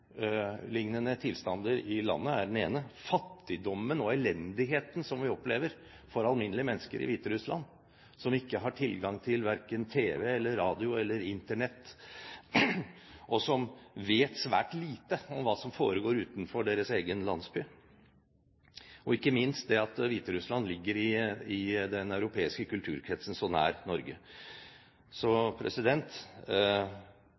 nevne noen: Diktaturlignende tilstander i landet er den ene, og fattigdommen og elendigheten som vi opplever for alminnelige mennesker i Hviterussland, som ikke har tilgang verken til TV, radio eller Internett, og som vet svært lite om hva som foregår utenfor deres egen landsby, og ikke minst det at Hviterussland ligger i den europeiske kulturkretsen så nær